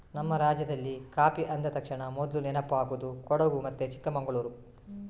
ನಮ್ಮ ರಾಜ್ಯದಲ್ಲಿ ಕಾಫಿ ಅಂದ ತಕ್ಷಣ ಮೊದ್ಲು ನೆನಪಾಗುದು ಕೊಡಗು ಮತ್ತೆ ಚಿಕ್ಕಮಂಗಳೂರು